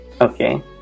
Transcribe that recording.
Okay